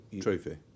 Trophy